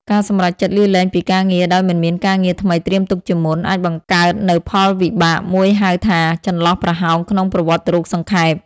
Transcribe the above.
ការសម្រេចចិត្តលាលែងពីការងារដោយមិនមានការងារថ្មីត្រៀមទុកជាមុន អាចបង្កើតនូវផលវិបាកមួយហៅថា ចន្លោះប្រហោងក្នុងប្រវត្តិរូបសង្ខេប ។